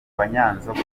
banyanzoga